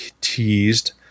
teased